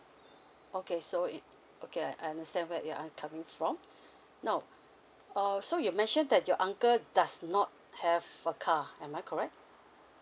okay so it okay I understand where you are coming from now err so you've mentioned that your uncle does not have a car am I might correct